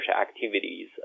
activities